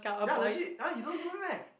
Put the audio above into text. ya legit ah you don't do it meh